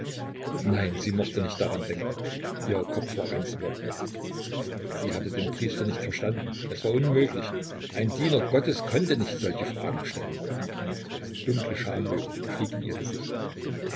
nein sie mochte nicht daran denken ihr kopf war ganz wirr sie hatte den priester nicht verstanden es war unmöglich ein diener gottes konnte nicht solche fragen stellen dunkle schamröte stieg in ihr gesicht